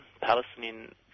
Palestinian